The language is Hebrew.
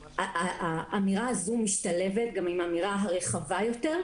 האמירה הזאת משתלבת עם האמירה הרחבה יותר,